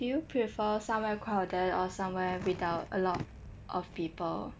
do you prefer somewhere crowded or somewhere without a lot of people